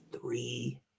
three